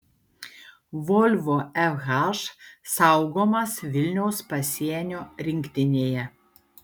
volvo fh saugomas vilniaus pasienio rinktinėje